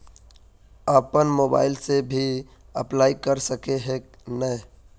अपन मोबाईल से भी अप्लाई कर सके है नय?